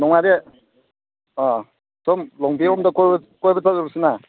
ꯅꯨꯡꯉꯥꯏꯔꯤ ꯑꯥ ꯁꯣꯝ ꯂꯣꯡꯕꯤꯔꯣꯝꯗ ꯀꯣꯏꯕ ꯆꯠꯂꯨꯁꯤꯅ